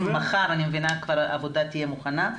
אני מבינה שמחר העבודה כבר תהיה מוכנה,